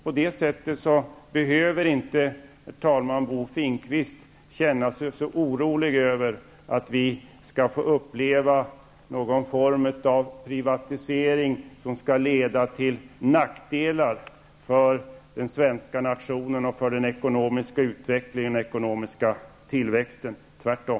På det sättet behöver inte Bo Finnkvist känna sig så orolig över att vi skall få uppleva någon form av privatisering som skall leda till nackdelar för den svenska nationen, för den ekonomiska utvecklingen och den ekonomiska tillväxten, tvärtom.